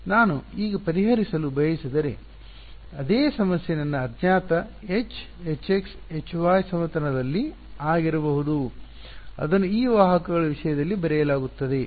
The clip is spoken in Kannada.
ನಾನು ಈಗ ಪರಿಹರಿಸಲು ಬಯಸಿದರೆ ಅದೇ ಸಮಸ್ಯೆ ನನ್ನ ಅಜ್ಞಾತ H Hx Hy ಸಮತಲದಲ್ಲಿ ಆಗಿರಬಹುದು ಅದನ್ನು ಈ ವಾಹಕಗಳ ವಿಷಯದಲ್ಲಿ ಬರೆಯಲಾಗುತ್ತದೆ